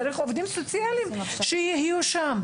צריך עובדים סוציאליים שיהיו שם.